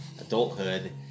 adulthood